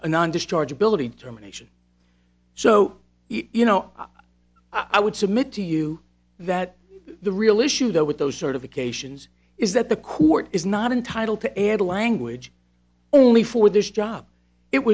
a non discharge ability terminations so you know i would submit to you that the real issue though with those sort of occasions is that the court is not entitled to air the language only for this job it